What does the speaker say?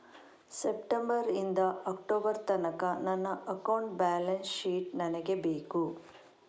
September ನಿಂದ October ತನಕ ನನ್ನ ಅಕೌಂಟ್ ಬ್ಯಾಲೆನ್ಸ್ ಶೀಟ್ ನನಗೆ ಬೇಕು